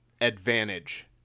advantage